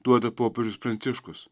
duoda popiežius pranciškus